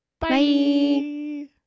Bye